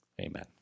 Amen